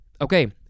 Okay